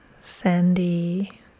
sandy